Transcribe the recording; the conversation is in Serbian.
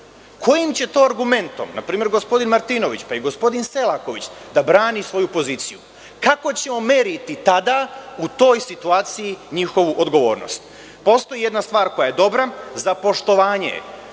Kojim će to argumentom, npr. gospodin Martinović, pa i gospodin Selaković da brane svoju poziciju? Kako ćemo meriti tada u toj situaciji njihovu odgovornost? Postoji jedna stvar koja je dobra, za poštovanje